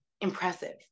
impressive